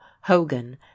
hogan